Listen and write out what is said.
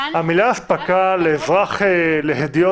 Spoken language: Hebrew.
הדיוט